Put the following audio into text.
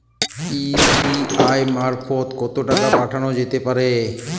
UPI মারফত কত টাকা পাঠানো যেতে পারে?